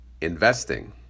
investing